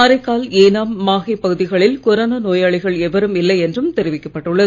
காரைக்கால் ஏனாம் மாகே பகுதிகளில் கொரோனா நோயாளிகள் எவரும் இல்லை என்றும் தெரிவிக்கப் பட்டுள்ளது